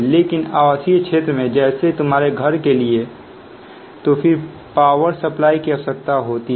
लेकिन आवासीय क्षेत्र में जैसे तुम्हारे घर के लिए तो फिर पावर सप्लाई की आवश्यकता होती है